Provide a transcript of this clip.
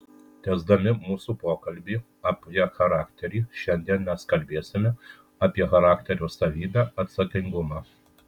tęsdami mūsų pokalbį apie charakterį šiandien mes kalbėsime apie charakterio savybę atsakingumą